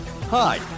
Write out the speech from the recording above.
Hi